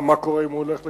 מה קורה אם הוא הולך לקב"ן?